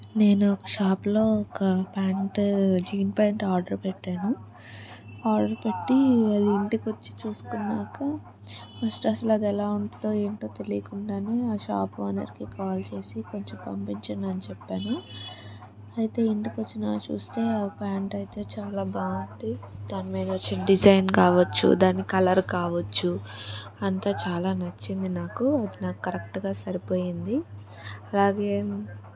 నేను ఒక షాపులో ఒక ప్యాంటు జీన్స్ ప్యాంట్ ఆర్డర్ పెట్టాను ఆర్డర్ పెట్టి అది ఇంటికి వచ్చి చూసుకున్నాక ఫస్ట్ అసలు అది ఎలా ఉంటుందో ఏంటో తెలియకుండానే ఆ షాప్ ఓనర్కి కాల్ చేసి కొంచెం పంపించండి అని చెప్పాను అయితే ఇంటికి వచ్చినాక చూస్తే ఆ ప్యాంట్ అయితే చాలా బాగుంది దాని మీద వచ్చే డిజైన్ కావచ్చు దాని కలర్ కావచ్చు అంతా చాలా నచ్చింది నాకు నాకు కరెక్ట్గా సరిపోయింది అలాగే